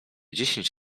dziesięć